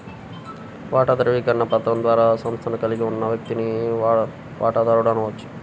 వాటా ధృవీకరణ పత్రం ద్వారా సంస్థను కలిగి ఉన్న వ్యక్తిని వాటాదారుడు అనవచ్చు